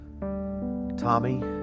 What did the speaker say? Tommy